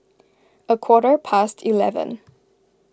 a quarter past eleven